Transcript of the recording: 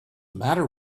matter